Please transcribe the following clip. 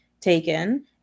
taken